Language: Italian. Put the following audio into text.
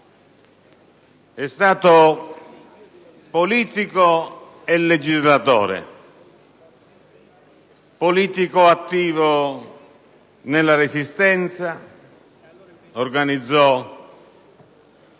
È stato politico e legislatore: politico attivo nella Resistenza (organizzò